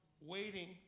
waiting